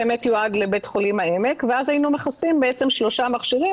באמת יועד לבית חולים העמק ואז היינו מכסים שלושה מכשירים